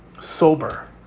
sober